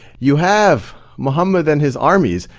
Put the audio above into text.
you have muhammed and his armies,